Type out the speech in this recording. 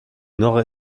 nord